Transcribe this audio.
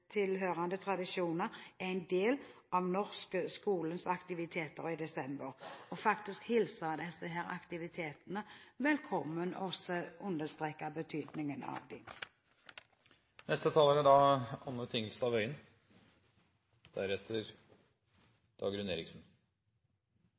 tilhørende tradisjoner er en del av skolens aktiviteter i desember. Jeg vil faktisk hilse disse aktivitetene velkommen og understreke betydningen av